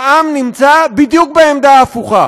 העם נמצא בדיוק בעמדה ההפוכה